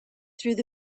through